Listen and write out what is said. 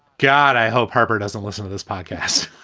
god, i hope harper doesn't listen to this podcast.